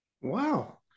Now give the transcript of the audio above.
Wow